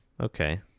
okay